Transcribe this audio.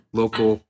local